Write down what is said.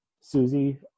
Susie